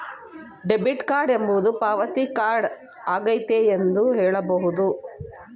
debit card ಎನ್ನುವುದು ಪಾವತಿ card ಆಗೈತೆ ಎಂದು ಹೇಳಬಹುದು